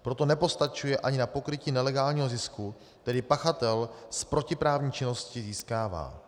Proto nepostačuje ani na pokrytí nelegálního zisku, který pachatel z protiprávní činnosti získává.